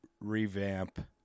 revamp